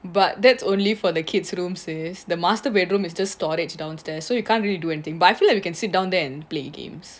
but that's only for the kids room sis the master bedroom is just storage downstairs so you can't really do anything but I feel that we can sit down there and play games